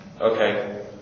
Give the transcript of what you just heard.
Okay